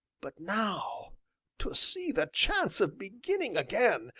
but now to see the chance of beginning again,